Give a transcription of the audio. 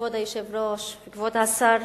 כבוד היושב-ראש, כבוד השר,